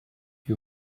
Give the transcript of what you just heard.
you